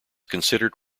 considered